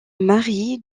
marie